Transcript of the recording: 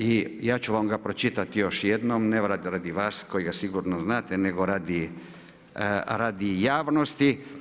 I ja ću vam ga pročitati još jednom, ne radi vas kojega sigurno znate, nego radi javnosti.